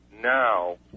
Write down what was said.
now